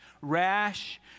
rash